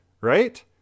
right